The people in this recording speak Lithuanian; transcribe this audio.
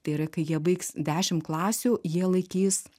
tai yra kai jie baigs dešim klasių jie laikys